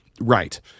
right